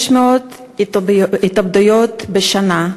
500 התאבדויות בשנה.